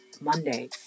Monday